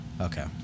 Okay